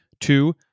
two